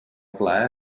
pla